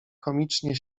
komicznie